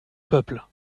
peuple